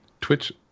Twitch